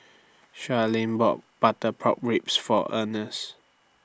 Sharlene bought Butter Pork Ribs For Earnest